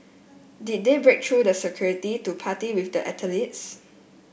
did they break through the security to party with the athletes